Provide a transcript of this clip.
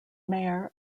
mayor